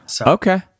Okay